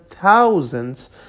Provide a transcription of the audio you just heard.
thousands